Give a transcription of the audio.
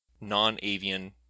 non-avian